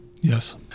Yes